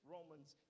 Romans